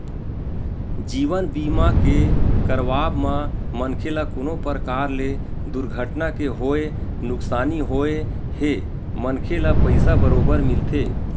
जीवन बीमा के करवाब म मनखे ल कोनो परकार ले दुरघटना के होय नुकसानी होए हे मनखे ल पइसा बरोबर मिलथे